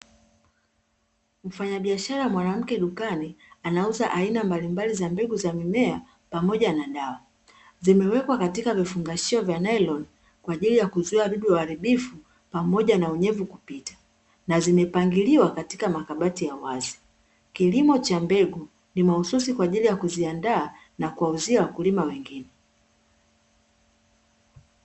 Mfanyabiashara Mwanamke Dukani anauza aina mbalimbali za Mbegu za Mimea pamoja na Dawa. Zimewekwa katika vifungashio vya Nailoni kwa ajili ya kuzuia wadudu waharibifu pamoja na unyevu kupita, na zimepangiliwa katika Makabati ya wazi. Kilimo cha Mbegu ni mahsusis kwa ajili ya kuziandaa na kuwauzia Wakulima wengine.